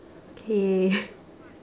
okay